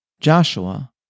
Joshua